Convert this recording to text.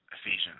Ephesians